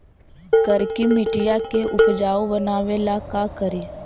करिकी मिट्टियां के उपजाऊ बनावे ला का करी?